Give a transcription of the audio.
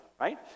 right